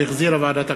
שהחזירה ועדת הכלכלה.